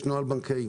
יש נוהל בנקאי,